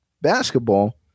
basketball